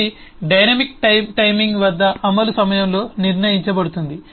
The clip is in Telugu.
ఇది డైనమిక్ టైమింగ్ వద్ద అమలు సమయంలో నిర్ణయించబడుతుంది